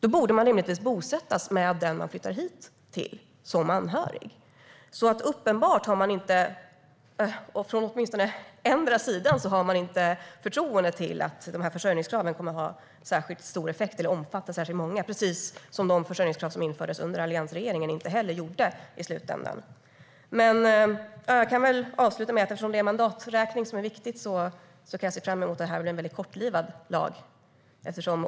Då borde de rimligtvis bosättas med den de flyttar hit till som anhöriga. Uppenbart har man inte, från åtminstone endera sidan, förtroende för att de här försörjningskraven kommer att ha särskilt stor effekt eller omfatta särskilt många, precis som de försörjningskrav som infördes under alliansregeringen inte heller gjorde i slutändan. Jag kan avsluta med att säga att eftersom det är mandaträkning som är viktigt ser jag fram emot att det här blir en kortlivad lag.